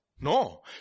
No